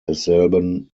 desselben